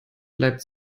bleibt